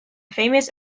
famous